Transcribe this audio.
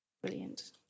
Brilliant